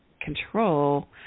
control